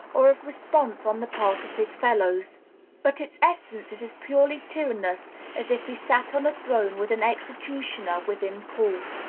or of response on the part of his fellows but its essence is as purely tyrannous as if he sat on a throne with an executioner within call.